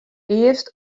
earst